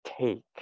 take